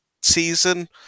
season